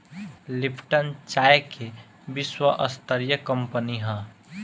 Lipton चाय के विश्वस्तरीय कंपनी हअ